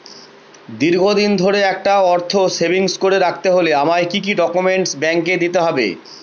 দীর্ঘদিন ধরে একটা অর্থ সেভিংস করে রাখতে হলে আমায় কি কি ডক্যুমেন্ট ব্যাংকে দিতে হবে?